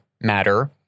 matter